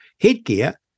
headgear